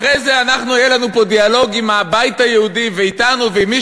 אחרי זה יהיה לנו דיאלוג עם הבית היהודי ואתנו ועם מי